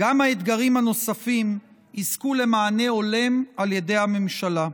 גם האתגרים הנוספים יזכו למענה הולם על ידי הממשלה.